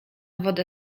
wodę